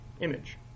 image